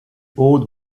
old